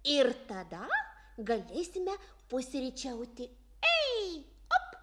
ir tada galėsime pusryčiauti ei